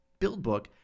BuildBook